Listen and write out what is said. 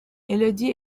élodie